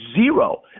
Zero